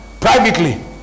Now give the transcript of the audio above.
privately